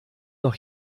noch